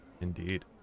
Indeed